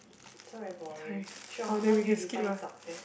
so very boring Cheong how do you define success